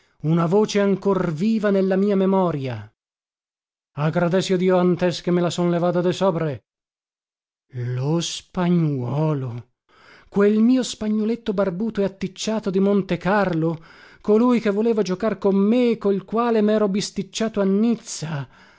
una voce ancor viva nella mia memoria agradecio dio ntes che me la son levada de sobre lo spagnuolo quel mio spagnoletto barbuto e atticciato di montecarlo colui che voleva giocar con me e col quale mero bisticciato a nizza